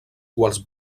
quals